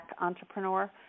entrepreneur